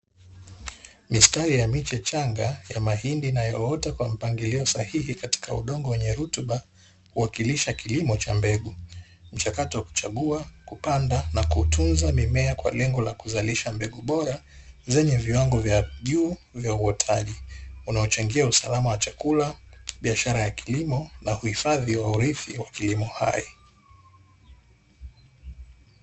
Mistari ya miche changa ya mahindi inayoota kwa mpangilio sahihi katika udongo wenye rutuba ukiwakilisha kilimo cha mbegu, mchakato wa kuchagua, kupanda, na kutunza mimea kwa lengo la kuzalisha mbegu bora zenye viwango vya juu vya uotaji unaochangia usalama wa chakula biashara ya kilimo na kuhifadhi wa urithi wa kilimo hai.